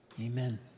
amen